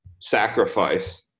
sacrifice